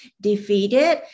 defeated